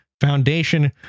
Foundation